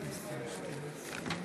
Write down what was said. הצעתו של דב